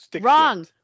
wrong